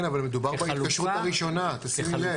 כן, אבל מדובר בהתקשרות הראשונה, תשימי לב.